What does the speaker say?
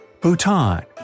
Bhutan